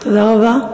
תודה רבה.